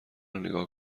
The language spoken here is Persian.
نیگا